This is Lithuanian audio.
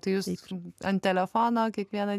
tai jūs ant telefono kiekvieną